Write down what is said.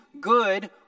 good